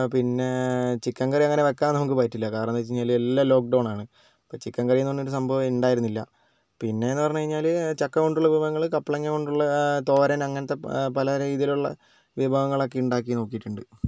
പിന്നെ chicken curry അങ്ങനെ വയ്ക്കാൻ നമുക്ക് പറ്റില്ല കാരണം എന്താണ് വെച്ചുകഴിഞ്ഞാൽ എല്ലാ ലോക്ക്ഡൌൺ ആണ് അപ്പോൾ ചിക്കൻ കറി എന്ന് പറഞ്ഞൊരു സംഭവമേ ഉണ്ടായിരുന്നില്ല പിന്നെ എന്ന് പറഞ്ഞുകഴിഞ്ഞാൽ ചക്ക കൊണ്ടുള്ള വിഭവങ്ങൾ കപ്ലങ്ങ കൊണ്ടുള്ള തോരൻ അങ്ങനത്തെ പല രീതിയിലുള്ള വിഭവങ്ങളൊക്കെ ഉണ്ടാക്കി നോക്കിയിട്ടുണ്ട്